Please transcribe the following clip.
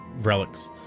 relics